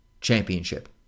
Championship